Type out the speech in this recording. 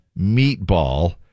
meatball